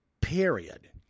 Period